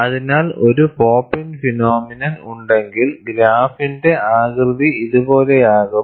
അതിനാൽ ഒരു pop in phenomenon ഉണ്ടെങ്കിൽ ഗ്രാഫിന്റെ ആകൃതി ഇതുപോലെയാകും